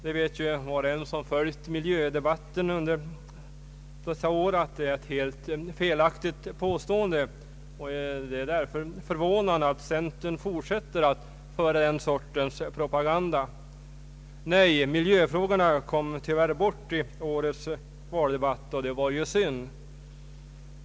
Det vet ju var och en som har följt miljödebatten under dessa år att det är ett felaktigt påstående, och det är därför förvånande att centern fortsätter att föra den sortens propaganda. Nej, miljöfrågorna kom bort i årets valdebatt, vilket var synd.